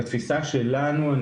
בתפיסה שלנו,